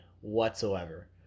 whatsoever